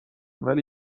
ولی